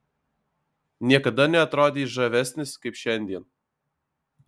niekada neatrodei žavesnis kaip šiandien